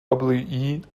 legends